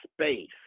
space